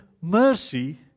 mercy